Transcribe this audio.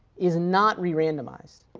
is not rerandomized.